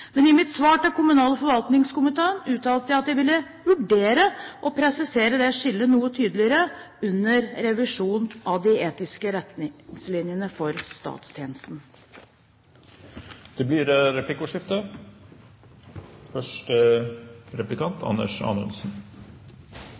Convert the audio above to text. Men i mitt svar til kommunal- og forvaltningskomiteen uttalte jeg at jeg ville vurdere å presisere det skillet noe tydeligere under revisjonen av Etiske retningslinjer for statstjenesten. Det blir replikkordskifte.